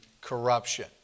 corruption